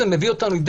זה מביא אותנו לידי